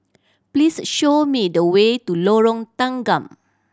please show me the way to Lorong Tanggam